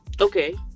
okay